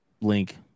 Link